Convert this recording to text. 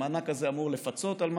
והמענק הזה אמור לפצות על משהו.